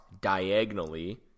diagonally